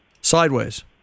sideways